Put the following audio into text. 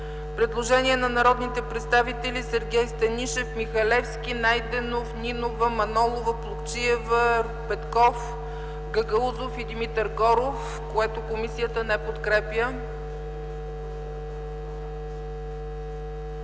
предложението на народните представители Станишев, Михалевски, Найденов, Нинова, Манолова, Плугчиева, Петков, Гагаузов и Горов, което комисията не подкрепя.